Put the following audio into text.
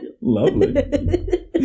lovely